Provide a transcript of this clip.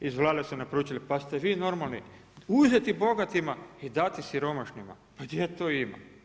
Iz Vlade su na poručili pa jeste vi normalni, uzeti bogatima i dati siromašnim, pa gdje to ima.